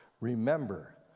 Remember